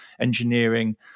engineering